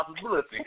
possibility